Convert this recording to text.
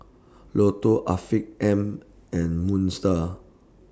Lotto Afiq M and Moon STAR